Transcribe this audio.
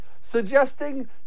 suggesting